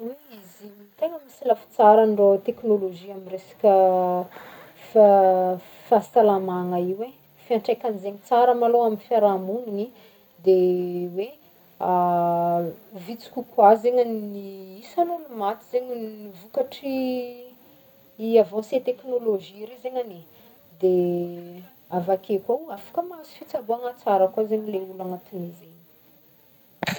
Oy, izy igny tegna misy lafy tsaragny rô technologie amy resaka fa- fahasalamagna io e, fiatraikagn'zegny tsara malo amy fiarahamonigny de hoe vitsy kokoà zegny gny isan'olo maty zegny vokatry avancé technologie re zegny agne, de avake ko afaka mahazo fitsaboàgna tsara koa zegny le olo agnatign'ze